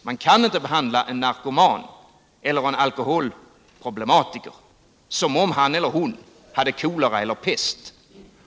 Man kan inte behandla en narkoman eller en alkoholproblematiker som om han eller hon hade kolera eller pest.